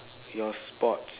your sports